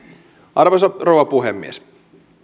arvoisa rouva puhemies